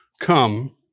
Come